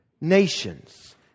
nations